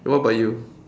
what about you